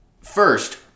First